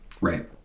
Right